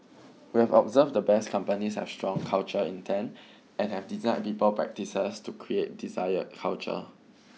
we have observed the Best Companies have strong cultural intent and have designed people practices to create desired culture